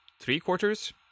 three-quarters